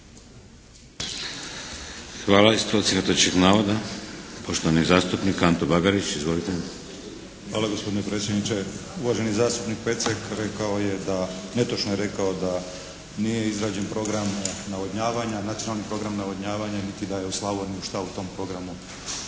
Hvala. Ispravci netočnih navoda. Poštovani zastupnik Ante Bagarić. Izvolite. **Bagarić, Anto (HDZ)** Hvala gospodine predsjedniče. Uvaženi zastupnik Pecek rekao je da, netočno je rekao da nije izrađen program navodnjavanja, nacionalni program navodnjavanja niti da je u Slavoniju šta u tom programu